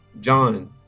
John